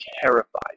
terrified